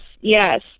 yes